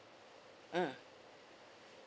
mm